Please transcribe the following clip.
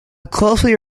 closely